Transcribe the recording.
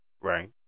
right